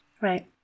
Right